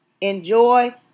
Enjoy